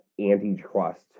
antitrust